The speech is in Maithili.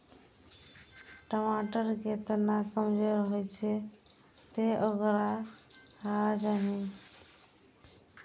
टमाटर के तना कमजोर होइ छै, तें ओकरा सहारा चाही